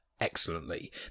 excellently